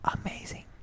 amazing